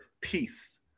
peace